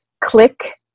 click